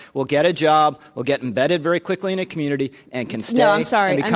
will get a job, will get embedded very quickly in a community and can stay no, i'm sorry.